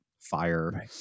Fire